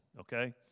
okay